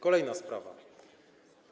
Kolejna sprawa.